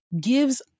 gives